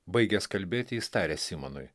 baigęs kalbėti jis tarė simonui